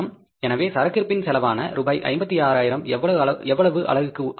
எனவே சரக்கு இருப்பின் செலவான ரூபாய் 56000 எவ்வளவு அலகுக்கு ஆனது